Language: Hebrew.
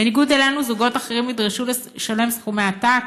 בניגוד אלינו, זוגות אחרים נדרשו לשלם סכומי עתק,